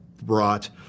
brought